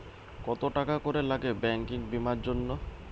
কত টাকা করে লাগে ব্যাঙ্কিং বিমার জন্য?